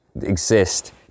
exist